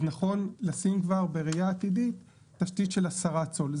אז נכון לשים כבר בראייה עתידית תשתית של 10 צול.